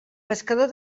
pescador